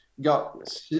got